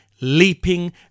leaping